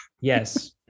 yes